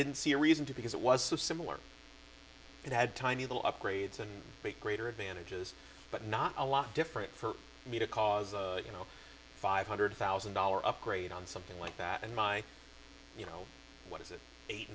didn't see a reason to because it was so similar it had tiny little upgrades and greater advantages but not a lot different for me to cause you know five hundred thousand dollar upgrade on something like that and my you know what is it eight